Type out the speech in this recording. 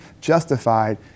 justified